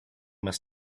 must